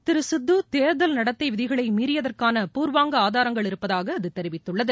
திரு சித்து தேர்தல் நடத்தை விதிகளை மீறியதற்கான பூர்வாங்க ஆதாரங்கள் இருப்பதாக அது தெரிவித்துள்ளது